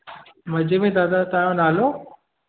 मज़े में दादा तव्हां जो नालो